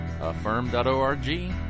affirm.org